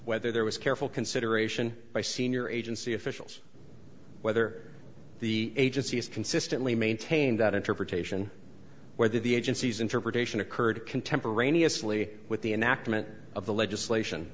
whether there was careful consideration by senior agency officials whether the agency has consistently maintained that interpretation whether the agency's interpretation occurred contemporaneously with the enactment of the legislation